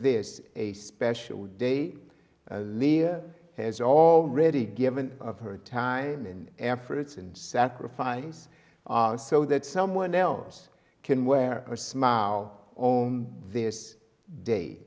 this a special day has already given of her time and effort and sacrifice so that someone else can wear a smile own this day